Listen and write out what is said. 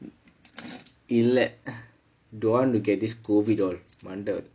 இல்லை:illai don't want to get this COVID all wonder